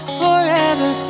forever